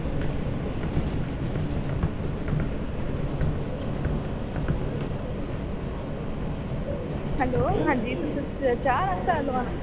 hello आं जी sir तुस चाय